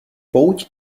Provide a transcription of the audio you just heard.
pouť